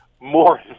more